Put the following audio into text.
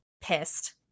pissed